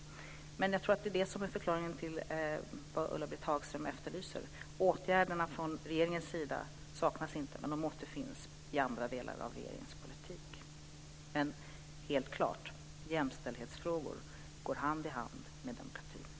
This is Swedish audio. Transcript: Jag tror att detta är förklaringen till det som Ulla Britt Hagström efterlyser. Åtgärder från regeringens sida saknas inte, men de återfinns i andra delar av regeringens politik. Helt klart går dock jämställdhetsfrågor hand i hand med demokratifrågorna.